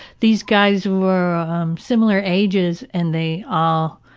these guys were similar ages and they all